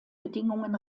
bedingungen